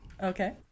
Okay